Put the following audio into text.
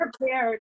prepared